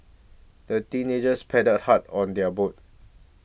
the teenagers paddled hard on their boat